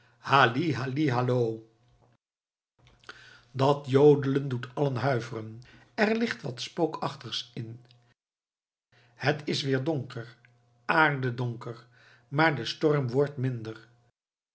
halli halli hallo dat jodelen doet allen huiveren er ligt wat spookachtigs in het is weer donker aardedonker maar de storm wordt minder